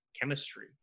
chemistry